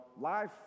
life